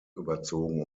überzogen